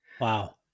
Wow